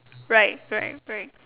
right right right